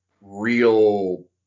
real